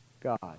God